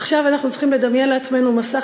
עכשיו אנחנו צריכים לדמיין לעצמנו מסך